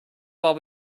while